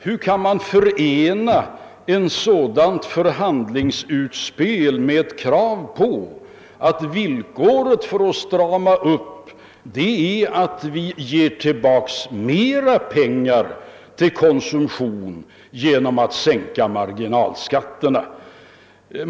Hur kan man förena ett sådant förhandlingsutspel med ett krav på att villkoret för att strama upp skall vara att vi ger tillbaka mera pengar till konsumtion genom att sänka marginalskatterna?